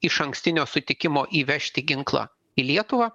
išankstinio sutikimo įvežti ginklą į lietuvą